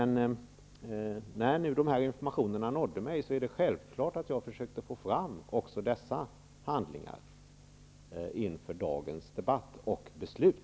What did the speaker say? När nu dessa informationer nådde mig, är det självklart att jag försökte få fram dessa handlingar inför dagens debatt och beslut.